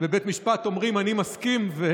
בבית משפט אומרים: אני מסכים.